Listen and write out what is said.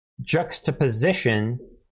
juxtaposition